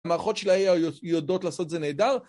המערכות של האיי איי יודעות לעשות זה נהדר